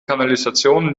kanalisation